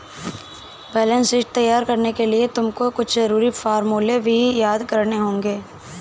balance sheet तैयार करने के लिए तुमको कुछ जरूरी फॉर्मूले भी याद करने होंगे